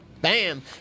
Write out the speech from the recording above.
bam